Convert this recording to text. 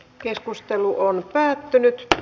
keskustelu päättyi